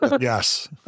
Yes